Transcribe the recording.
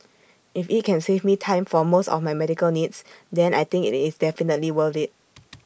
if IT can save me time for most of my medical needs then I think IT is definitely worth IT